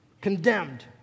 condemned